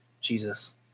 Jesus